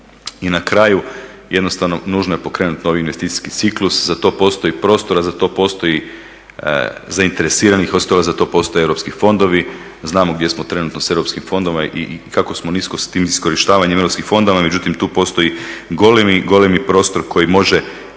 I na kraju, nužno je pokrenuti novi investicijski ciklus, za to postoji prostora, za to postoji zainteresiranih, osim toga za to postoje europski fondovi. Znamo gdje smo trenutno sa europskim fondovima i kako smo nisko s tim iskorištavanje europskih fondova, međutim tu postoji golemi prostor koji može